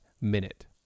minute